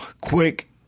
quick